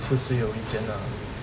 so 只有一间 ah